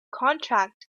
contract